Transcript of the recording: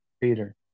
Peter